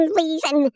reason